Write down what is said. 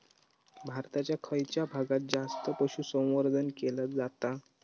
भारताच्या खयच्या भागात जास्त पशुसंवर्धन केला जाता?